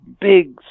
big